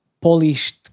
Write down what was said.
polished